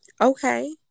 Okay